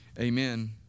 amen